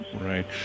Right